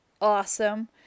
awesome